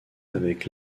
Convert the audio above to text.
avec